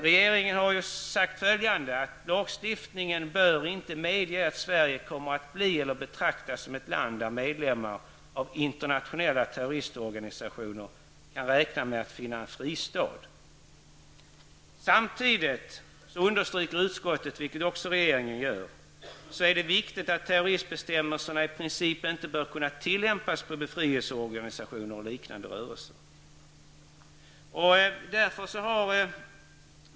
Föredragande statsrådet skriver i propositionen följande: ''Lagstiftningen bör enligt min mening inte medge att Sverige kommer att bli eller betraktas som ett land där medlemmar av internationella terroristorganisationer kan räkna med att finna en fristad --.'' Utskottet, liksom regeringen, understryker samtidigt att det är viktigt att terroristbestämmelserna i princip inte bör kunna tillämpas på befrielseorganisationer och liknande rörelser.